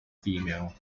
female